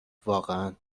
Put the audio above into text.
واقعا